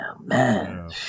man